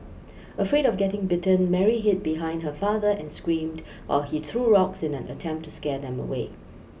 afraid of getting bitten Mary hid behind her father and screamed while he threw rocks in an attempt to scare them away